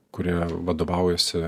kurie vadovaujasi